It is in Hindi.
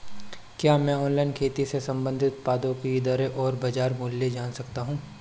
क्या मैं ऑनलाइन खेती से संबंधित उत्पादों की दरें और बाज़ार मूल्य जान सकता हूँ?